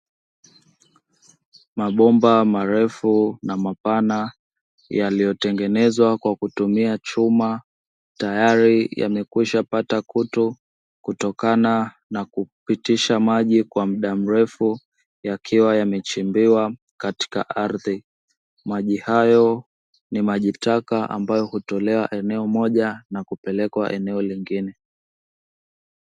Mabomba marefu na mapana, yaliyotengenezwa kwa kutumia chuma, tayari yamekwisha pata kutu kutokana na kupitisha maji kwa muda mrefu, yakiwa yamechimbiwa katika ardhi. Maji hayo ni maji taka ambayo hutolewa eneo moja na kupelekwa eneo lingine.